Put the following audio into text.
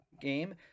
game